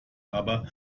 aber